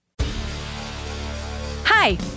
Hi